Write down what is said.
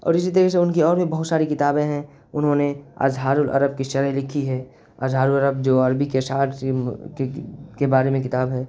اور اسی طرح سے ان کی اور بھی بہت ساری کتابیں ہیں انہوں نے اظہارالعرب کی شرح لکھی ہے اظہارالعرب جو عربی کے اشعار کے بارے میں کتاب ہے